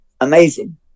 amazing